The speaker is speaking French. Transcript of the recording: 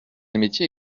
métier